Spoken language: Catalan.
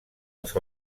els